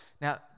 Now